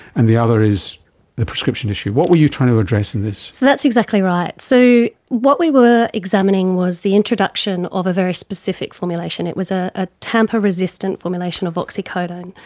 and the other is the prescription issue. what were you trying to address in this? that's exactly right. so what we were examining was the introduction of a very specific formulation. it was ah a tamper-resistant formulation of oxycodone.